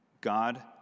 God